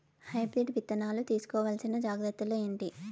Hybrid విత్తనాలు తీసుకోవాల్సిన జాగ్రత్తలు ఏంటి?